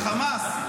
החמאס,